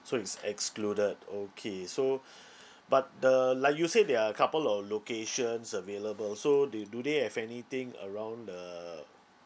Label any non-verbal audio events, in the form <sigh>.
so it's excluded okay so <breath> but the like you said there are couple of locations available so they do they have anything around the